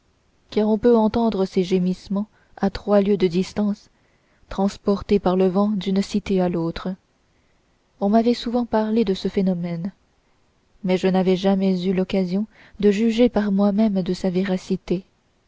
car on peut entendre ces gémissements à trois lieues de distance transportés par le vent d'une cité à une autre on m'avait souvent parlé de ce phénomène mais je n'avais jamais eu l'occasion de juger par moi-même de sa véracité